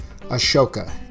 Ashoka